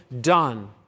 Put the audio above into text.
done